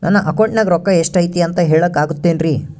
ನನ್ನ ಅಕೌಂಟಿನ್ಯಾಗ ರೊಕ್ಕ ಎಷ್ಟು ಐತಿ ಅಂತ ಹೇಳಕ ಆಗುತ್ತೆನ್ರಿ?